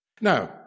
Now